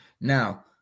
Now